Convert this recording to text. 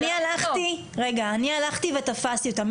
אני הלכתי ותפסתי אותם,